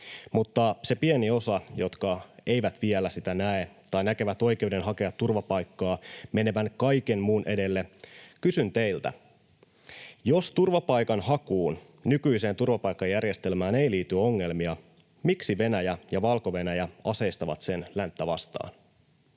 Mutta se pieni osa, joka ei vielä sitä näe tai näkee oikeuden hakea turvapaikkaa menevän kaiken muun edelle, kysyn teiltä: jos turvapaikanhakuun, nykyiseen turvapaikkajärjestelmään, ei liity ongelmia, miksi Venäjä ja Valko-Venäjä aseistavat sen länttä vastaan?